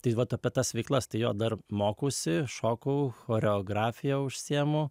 taip pat apie tas veiklas tai jo dar mokausi šoku choreografija užsiimu